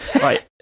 Right